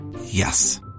Yes